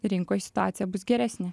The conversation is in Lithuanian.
rinkoj situacija bus geresnė